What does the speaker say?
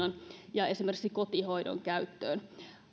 ja esimerkiksi kotihoidon käyttöön